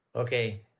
Okay